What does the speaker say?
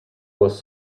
was